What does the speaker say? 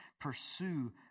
Pursue